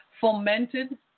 fomented